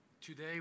today